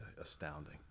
astounding